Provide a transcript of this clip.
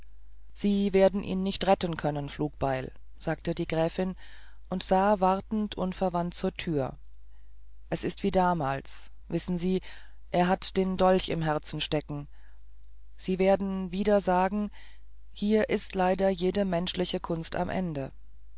sie werden ihn nicht retten können flugbeil sagte die gräfin und sah wartend unverwandt zur tür es ist wie damals wissen sie er hat den dolch im herzen stecken sie werden wieder sagen hier ist leider jede menschliche kunst am ende